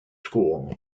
school